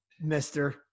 Mister